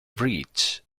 bridge